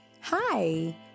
hi